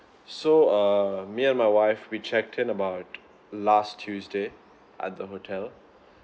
so uh me and my wife we checked in about last tuesday at the hotel